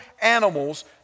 animals